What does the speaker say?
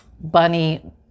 bunny